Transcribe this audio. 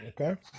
Okay